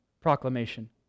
proclamation